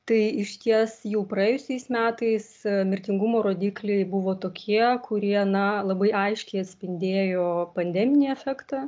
tai išties jau praėjusiais metais mirtingumo rodikliai buvo tokie kurie na labai aiškiai atspindėjo pandeminį efektą